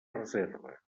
reserva